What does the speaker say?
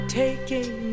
taking